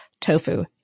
tofu